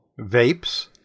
vapes